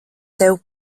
tev